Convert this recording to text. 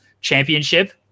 championship